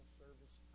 service